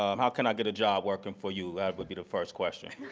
um how can i get a job working for you? that would be the first question.